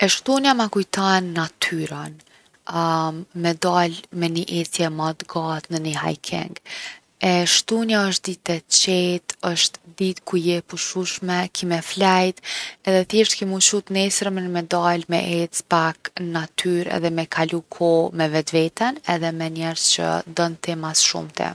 E shtunja ma kujton natyrën. me dal me ni ecje ma t’gatë në ni hiking. E shtunja osht ditë e qetë, osht ditë ku je e pushushme, ki me flejt edhe thjeshtë ki mu qu t’nesërmen me dal me ecë pak n’natyrë edhe me kalu kohë me vetveten edhe me njerz që don ti mas shumti.